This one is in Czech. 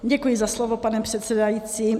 Děkuji za slovo, pane předsedající.